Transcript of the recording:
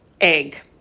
egg